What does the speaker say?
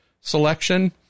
selection